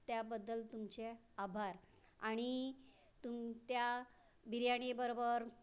त्याबद्दल तुमचे आभार आणि तुम त्या बिर्याणीबरोबर